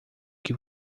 que